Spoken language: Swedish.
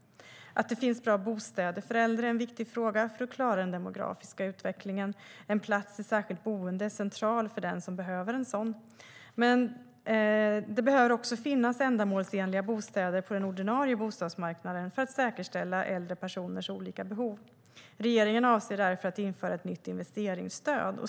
Att det finns bra bostäder för äldre är en viktig fråga för att klara den demografiska utvecklingen. En plats i särskilt boende är central för den som behöver en sådan. Men det behöver även finnas ändamålsenliga bostäder på den ordinarie bostadsmarknaden för att säkerställa äldre personers olika behov. Regeringen avser därför att införa ett nytt investeringsstöd.